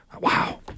Wow